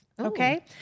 okay